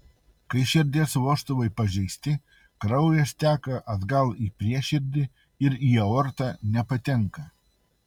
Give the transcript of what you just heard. kai širdies vožtuvai pažeisti kraujas teka atgal į prieširdį ir į aortą nepatenka